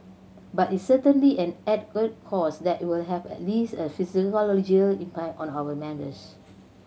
but it's certainly an added a cost that it will have at least a psychological impact on our members